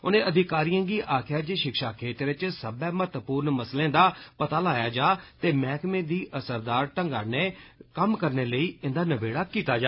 उनें अधिकारिएं गी आक्खेया जे षिक्षा खेतर इच सब्बै महत्वपूर्ण मसलें दा पता लाया जा ते मैहकमे दी असरदार ढंगा नै कम्म करने लेई इंदा नबेड़ा कीता जा